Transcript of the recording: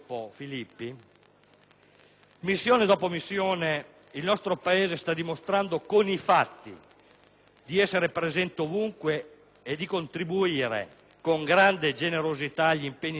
missione dopo missione, il nostro Paese sta dimostrando con i fatti di essere presente ovunque e di contribuire con grande generosità agli impegni internazionali assunti.